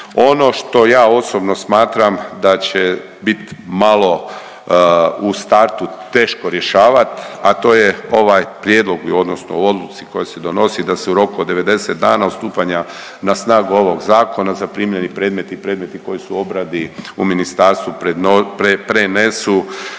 Ono što ja osobno smatram da će bit malo u startu teško rješavati, a to je ovaj prijedlog odnosno u odluci koja se donosi, da se u roku od 90 dana od stupanja na snagu ovog Zakona, zaprimljeni predmeti i predmeti koji su u obradi u ministarstvu prenesu